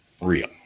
real